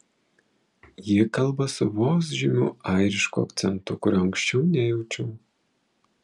ji kalba su vos žymiu airišku akcentu kurio anksčiau nejaučiau